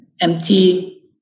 MT